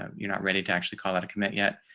um you're not ready to actually call that a commit yet,